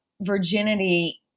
virginity